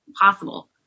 possible